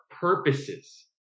purposes